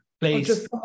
Please